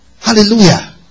Hallelujah